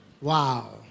Wow